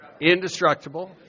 indestructible